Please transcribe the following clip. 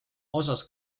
osas